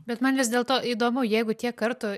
bet man vis dėlto įdomu jeigu tiek kartų